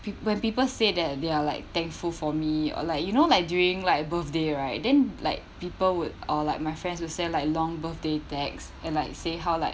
peo~ when people say that they are like thankful for me or like you know like during like birthday right then like people would or like my friends will send like long birthday texts and like say how like